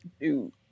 Dude